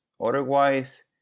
otherwise